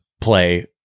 play